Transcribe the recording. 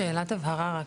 שאלת הבהרה רק.